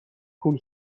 پول